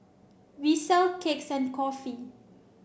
we sell cakes and coffee